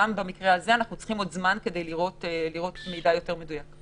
גם כאן אנחנו צריכים עוד זמן כדי לקבל מידע יותר מדויק.